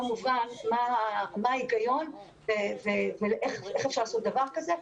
מובן מה ההיגיון ואיך אפשר לעשות דבר כזה.